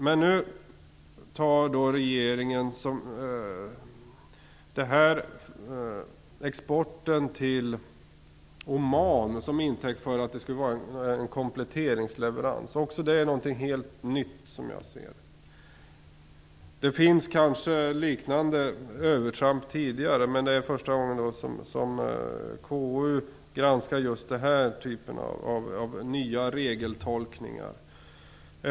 Men nu tar regeringen den tidigare exporten till Oman som intäkt för att detta skulle vara en kompletteringsleverans. Det är också någonting helt nytt. Det har kanske förekommit liknande övertramp tidigare, men det är första gången KU granskar just denna typ av nya regeltolkningar.